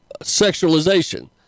sexualization